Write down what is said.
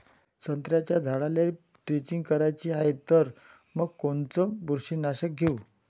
संत्र्याच्या झाडाला द्रेंचींग करायची हाये तर मग कोनच बुरशीनाशक घेऊ?